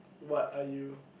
what are you